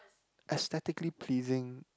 aesthetically pleasing